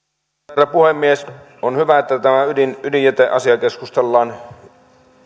herra puhemies on hyvä että tämä ydinjäteasia keskustellaan